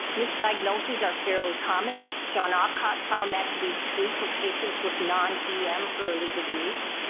misdiagnoses are fairly common. john opcot found that to be true for patients with non-em early disease.